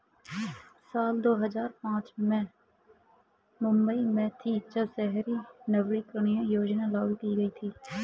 साल दो हज़ार पांच में मैं मुम्बई में थी, जब शहरी नवीकरणीय योजना लागू की गई थी